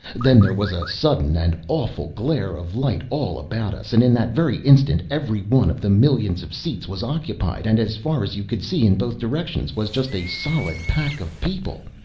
then there was a sudden and awful glare of light all about us, and in that very instant every one of the millions of seats was occupied, and as far as you could see, in both directions, was just a solid pack of people,